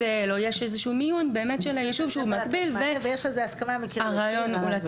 שהם אמורים להיות